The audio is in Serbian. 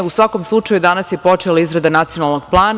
U svakom slučaju, danas je počela izrada nacionalnog plana.